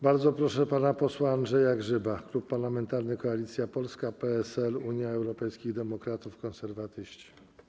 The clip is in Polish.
Bardzo proszę pana posła Andrzeja Grzyba, Klub Parlamentarny Koalicja Polska - PSL, Unia Europejskich Demokratów, Konserwatyści.